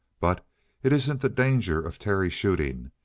but it isn't the danger of terry shooting.